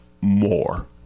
more